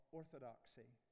orthodoxy